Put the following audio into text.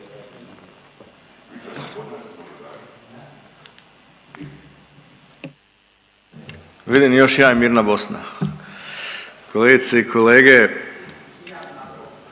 Vidim još jedan mirna Bosna. Kolegice i kolege,